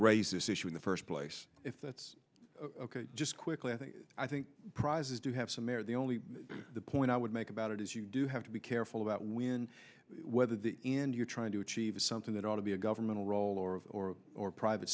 this issue in the first place if that's just quickly i think i think prizes do have some merit the only point i would make about it is you do have to be careful about when whether the and you're trying to achieve something that ought to be a governmental role or or or private